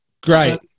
Great